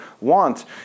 want